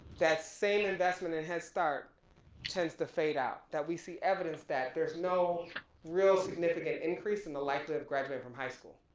that same investment in headstart tends to fade out. that we see evidence that there's no real significant increase in the likelihood of graduating from high school.